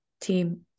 team